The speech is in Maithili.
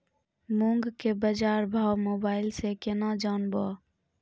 मूंग के बाजार भाव मोबाइल से के ना जान ब?